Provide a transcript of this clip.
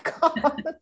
God